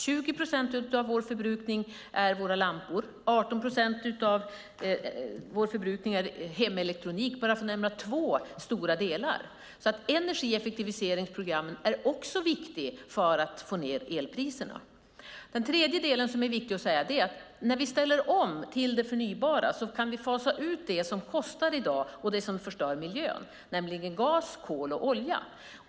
20 procent av vår förbrukning är våra lampor, och 18 procent av vår förbrukning är hemelektronik - bara för att nämna två stora delar. Energieffektiviseringsprogrammen är alltså också viktiga för att få ned elpriserna. En annan sak som är viktig att säga är att vi när vi ställer om till det förnybara kan fasa ut det som i dag kostar och förstör miljön, nämligen gas, kol och olja.